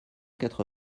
quatre